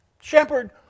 shepherd